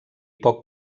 poc